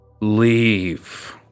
Leave